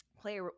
play